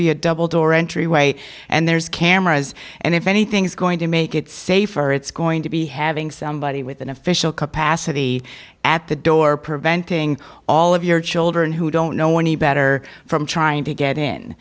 be a double door entryway and there's cameras and if anything is going to make it safer it's going to be having somebody with an official capacity at the door preventing all of your children who don't know any better from trying to get in